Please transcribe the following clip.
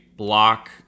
block